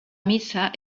missa